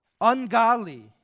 ungodly